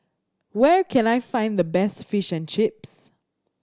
where can I find the best Fish and Chips